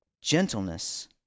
gentleness